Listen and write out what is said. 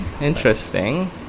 interesting